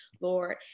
lord